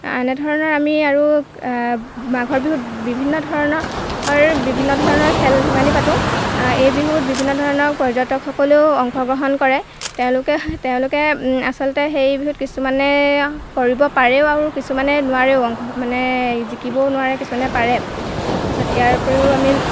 এনেধৰণৰ আমি আৰু মাঘৰ বিহুত বিভিন্ন ধৰণৰ বিভিন্ন ধৰণৰ খেল ধেমালি পাতোঁ এই বিহুত বিভিন্ন ধৰণৰ পৰ্যটকসকলেও অংশগ্ৰহণ কৰে তেওঁলোকে তেওঁলোকে আচলতে সেই বিহুত কিছুমানে কৰিব পাৰেও আৰু কিছুমানে নোৱাৰেও অংশ মানে জিকিবও নোৱাৰে কিছুমানে পাৰে তাৰপিছত ইয়াৰ উপৰিও আমি